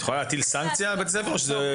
את יכולה להטיל סנקציה על בית הספר או שזה אפס אחד?